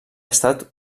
estat